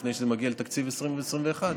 לפני שזה מגיע לתקציב 2020 ו-2021,